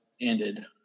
ended